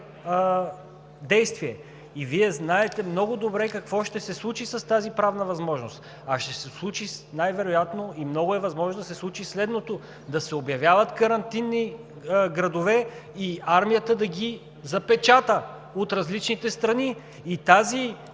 действие. Вие знаете много добре какво ще се случи с тази правна възможност, а ще се случи най-вероятно и е много възможно да се случи следното: да се обявяват карантинни градове и армията да ги запечата от различните страни. Тази